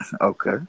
Okay